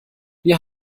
wir